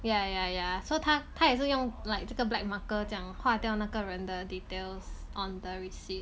ya ya ya so 他他也是用这个 black marker 这样画掉那个人的 details on the receipt